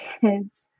kids